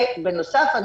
ובנוסף,